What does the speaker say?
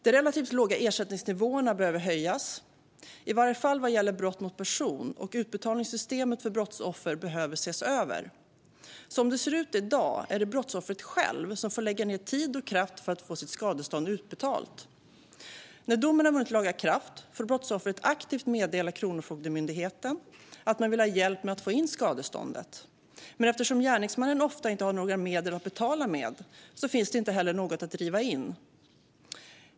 De relativt låga ersättningsnivåerna behöver höjas, i varje fall vad gäller brott mot person, och utbetalningssystemet för brottsoffer behöver ses över. Som det ser ut i dag är det brottsoffret själv som får lägga ned tid och kraft för att få sitt skadestånd utbetalt. När domen har vunnit laga kraft får brottsoffret aktivt meddela Kronofogdemyndigheten att man vill ha hjälp med att få in skadeståndet. Men eftersom gärningsmannen ofta inte har några medel att betala med finns det inte heller något att driva in.